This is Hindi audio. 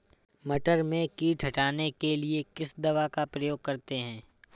मटर में कीट हटाने के लिए किस दवा का प्रयोग करते हैं?